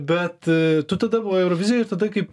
bet tu tada buvai eurovizijoj ir tada kaip